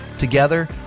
Together